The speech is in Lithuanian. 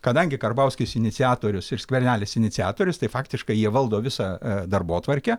kadangi karbauskis iniciatorius ir skvernelis iniciatorius tai faktiškai jie valdo visą darbotvarkę